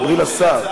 דברי לשר.